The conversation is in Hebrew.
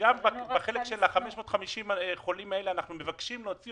וגם בחלק של 550 החולים האלה אנחנו מבקשים להוציא